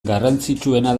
garrantzitsuena